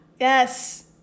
yes